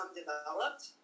developed